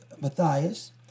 Matthias